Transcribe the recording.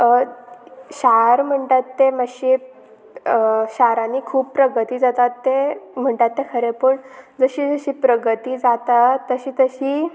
शार म्हणटात ते मातशे शारांनी खूब प्रगती जातात ते म्हणटात ते खरें पूण जशी जशी प्रगती जाता तशी तशी